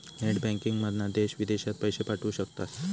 net बँकिंगमधना देश विदेशात पैशे पाठवू शकतास